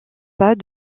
pas